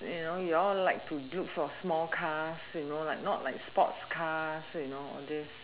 you know you are like to look for small cars you know like not like sports car you know all this